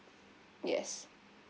yes